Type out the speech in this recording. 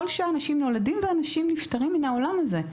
כל שעה אנשים נולדים ואנשים נפטרים מן העולם הזה,